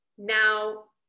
now